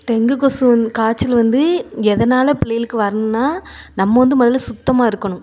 dengue கொசு காய்ச்சல் வந்து எதனால் புள்ளைகளுக்கு வரும்னா நம்ம வந்து முதல்ல சுத்தமாக இருக்கணும்